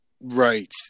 Right